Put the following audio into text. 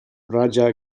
raja